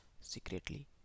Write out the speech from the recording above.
secretly